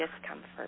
discomfort